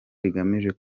rigamije